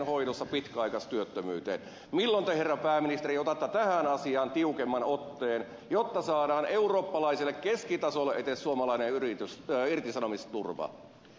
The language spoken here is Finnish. milloin te herra pääministeri otatte tähän asiaan tiukemman otteen jotta saadaan eurooppalaiselle keskitasolle edes suomalainen irtisanomisturva